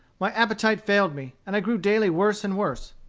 my appetite failed me, and i grew daily worse and worse.